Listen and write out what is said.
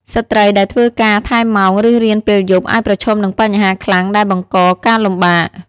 ស្ត្រីដែលត្រូវធ្វើការថែមម៉ោងឬរៀនពេលយប់អាចប្រឈមនឹងបញ្ហាខ្លាំងដែលបង្កការលំបាក។